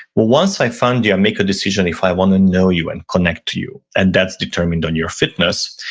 well once i find you, i make a decision if i want to know you and connect to you, and that's determined on your fitness.